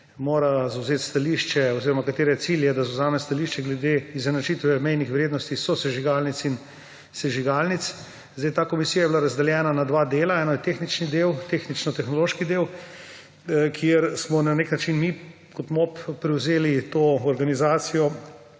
mora zavzeti stališče oziroma katere cilj je, da zavzame stališče glede izenačitve mejnih vrednost sosežigalnic in sežigalnic. Ta komisija je bila razdeljena na dva dela; eno je tehnični del, tehnično-tehnološki del, kjer smo na nek način mi kot MOP prevzeli to organizacijo.